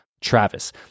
Travis